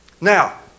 Now